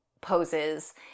poses